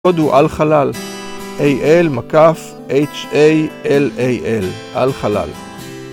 הקוד הוא על חלל - A, L, H, A, L, A, L - על חלל